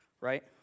right